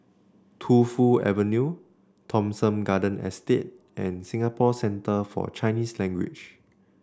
Tu Fu Avenue Thomson Garden Estate and Singapore Centre For Chinese Language